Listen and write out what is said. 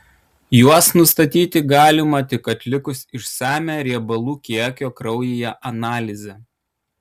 juos nustatyti galima tik atlikus išsamią riebalų kiekio kraujyje analizę